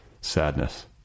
sadness